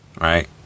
right